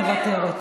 מוותרת.